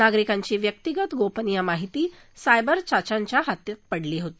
नागरिकांची व्यक्तिगत गोपनीय माहिती सायबर चाचांच्या हातात पडली होती